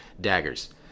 daggers